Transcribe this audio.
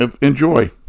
enjoy